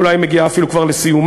היא אולי מגיעה אפילו כבר לסיומה,